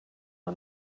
are